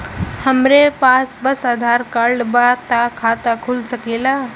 हमरे पास बस आधार कार्ड बा त खाता खुल सकेला?